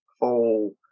whole